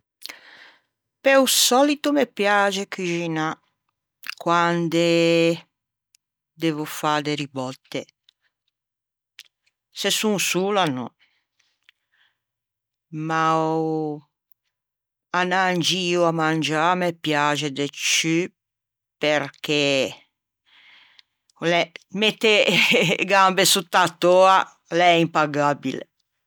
Pe-o sòlito me piaxe cuxinâ quande devo fâ de ribòtte, se son sola no. Ma anâ in gio à mangiâ me piaxe de ciù perché o l'é mette e gambe sotta a-a töa l'é impagabile.